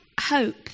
hope